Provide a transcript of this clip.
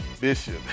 bishop